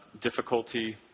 difficulty